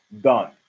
done